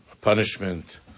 punishment